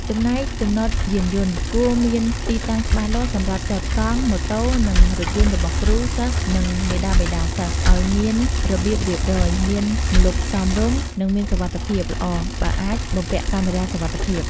ចំណែក ចំណតយានយន្ត គួរមានទីតាំងច្បាស់លាស់សម្រាប់ចតកង់ ម៉ូតូ និងរថយន្តរបស់គ្រូ សិស្ស និងមាតាបិតាសិស្ស ឲ្យមានរបៀបរៀបរយ មានម្លប់សមរម្យ និងមានសុវត្ថិភាពល្អ បើអាចបំពាក់កាមេរ៉ាសុវត្ថិភាព។